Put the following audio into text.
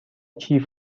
کیف